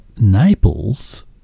Naples